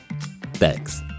Thanks